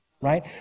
right